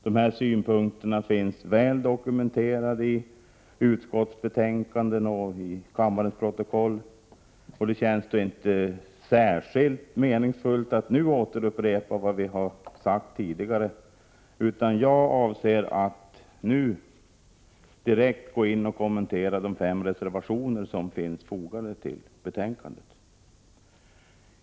Våra synpunkter finns väl dokumenterade i utskottsbetänkanden och kammarens protokoll, varför det inte känns särskilt meningsfullt att nu upprepa vad vi tidigare sagt. Jag avser i stället att kommentera de fem reservationer som finns fogade till betänkandet.